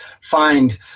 find